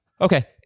Okay